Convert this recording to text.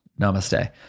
Namaste